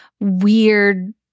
weird